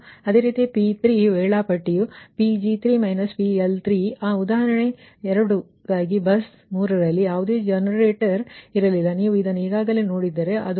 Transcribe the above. ಅದೇ ರೀತಿ P3 ವೇಳಾಪಟ್ಟಿ Pg3 PL3 ಆ ಉದಾಹರಣೆ 2 ಗಾಗಿ ಬಸ್ 3 ನಲ್ಲಿ ಯಾವುದೇ ಜನರೇಟರ್ ಇರಲಿಲ್ಲ ನೀವು ಇದನ್ನು ಈಗಾಗಲೇ ನೋಡಿದ್ದರೆ ಅದು 0 −138